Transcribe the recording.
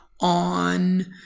on